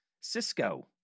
Cisco